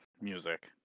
music